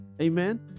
Amen